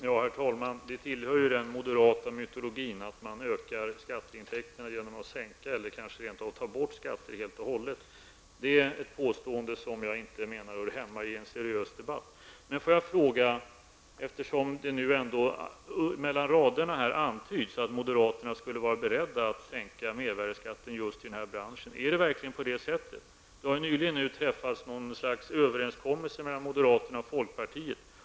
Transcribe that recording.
Herr talman! Det tillhör ju den moderata mytologin att man ökar skatteintäkterna genom att sänka skatterna, eller kanske rent av ta bort dem helt och hållet. Det är en inställning som jag menar inte hör hemma i en seriös debatt. Eftersom det ändå mellan raderna antyds att moderaterna skulle vara beredda att sänka mervärdeskatten för just den här branschen, skulle jag vilja fråga om det verkligen förhåller sig så. Nyligen har det ju träffats något slags överenskommelse mellan moderaterna och folkpartiet.